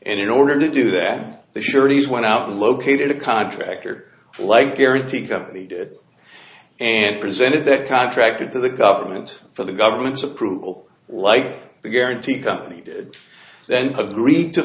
and in order to do that the sureties went out and located a contractor like guarantee company and presented it contracted to the government for the government's approval like the guarantee company then agreed to